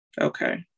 Okay